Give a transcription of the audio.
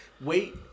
wait